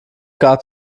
gab